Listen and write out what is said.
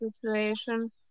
situation